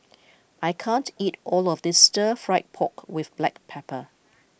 I can't eat all of this Stir Fry Pork with Black Pepper